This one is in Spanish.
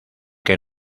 que